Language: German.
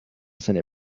seine